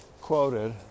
quoted